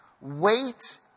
wait